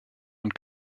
und